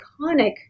iconic